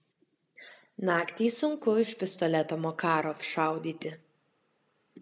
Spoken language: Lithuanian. naktį sunku iš pistoleto makarov šaudyti